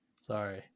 Sorry